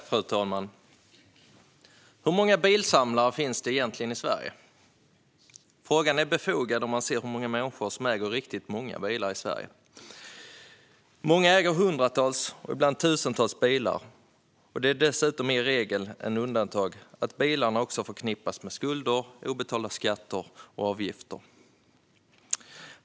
Fru talman! Hur många bilsamlare finns det egentligen i Sverige? Frågan är befogad när man ser hur många människor som äger riktigt många bilar i Sverige. Många äger hundratals och ibland tusentals bilar, och det är dessutom mer regel än undantag att bilarna också förknippas med skulder och obetalda skatter och avgifter.